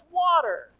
water